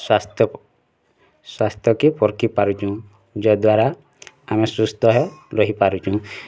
ସ୍ୱାସ୍ଥ୍ୟ ସ୍ୱାସ୍ଥ୍ୟ କେ ପରକ୍ଷି ପାରୁଛୁ ଯ ଦ୍ଵାରା ଆମେ ସୁସ୍ଥ ହେ ରହି ପାରଛୁ